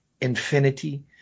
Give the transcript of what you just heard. infinity